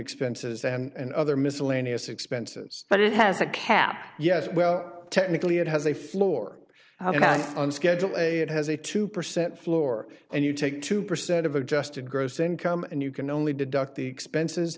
expenses and other miscellaneous expenses but it has a cap yes well technically it has a floor on schedule it has a two percent floor and you take two percent of adjusted gross income and you can only deduct the expenses